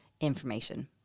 information